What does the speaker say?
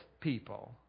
people